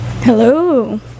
hello